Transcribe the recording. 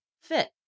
fit